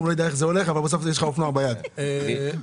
אופנוע ביד?